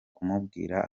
kumubwira